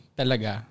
talaga